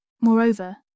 Moreover